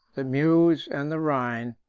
the meuse and the rhine,